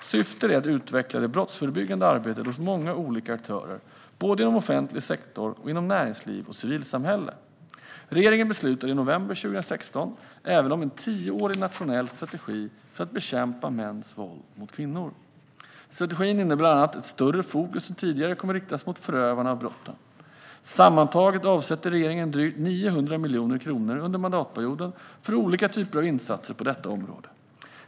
Syftet är att utveckla det brottsförebyggande arbetet hos många olika aktörer, både inom offentlig sektor och inom näringsliv och civilsamhälle. Regeringen beslutade i november 2016 även om en tioårig nationell strategi för att bekämpa mäns våld mot kvinnor. Strategin innebär bland annat att ett större fokus än tidigare kommer att riktas mot förövarna av brotten. Sammantaget avsätter regeringen drygt 900 miljoner kronor under mandatperioden för olika typer av insatser på detta område.